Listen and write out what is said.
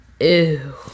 ew